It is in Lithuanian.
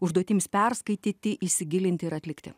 užduotims perskaityti įsigilinti ir atlikti